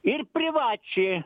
ir privačiai